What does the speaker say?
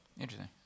Interesting